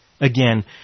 Again